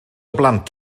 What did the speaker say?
blant